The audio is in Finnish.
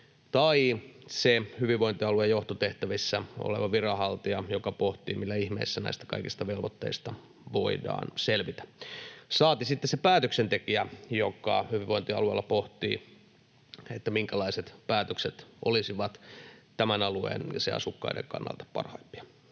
tai se hyvinvointialueen johtotehtävissä oleva viranhaltija, joka pohtii, millä ihmeellä näistä kaikista velvoitteista voidaan selvitä — saati sitten se päätöksentekijä, joka hyvinvointialueella pohtii, minkälaiset päätökset olisivat alueen ja sen asukkaiden kannalta parhaimpia.